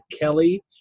Kelly